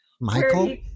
Michael